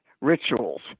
rituals